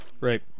Right